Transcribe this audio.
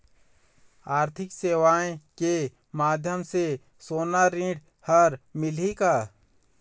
आरथिक सेवाएँ के माध्यम से सोना ऋण हर मिलही का?